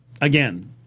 again